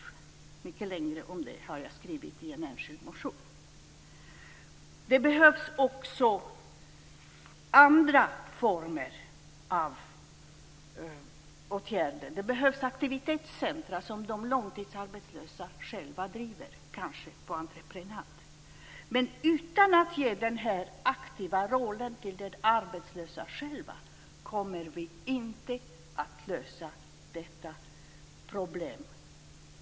Jag har skrivit mycket längre om detta i en enskild motion. Det behövs också andra former av åtgärder. Det behövs aktivitetscentrer som de långtidsarbetslösa själva driver, kanske på entreprenad. Utan att vi ger denna aktiva roll till de arbetslösa själva kommer vi inte att lösa detta problem.